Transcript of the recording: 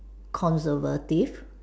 conservative